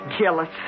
jealous